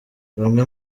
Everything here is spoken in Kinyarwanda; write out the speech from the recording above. bamwe